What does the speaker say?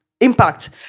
impact